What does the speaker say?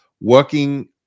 working